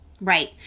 Right